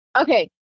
okay